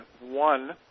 one